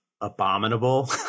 abominable